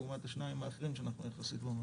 לעומת השניים האחרים שאנחנו יחסית נמוך.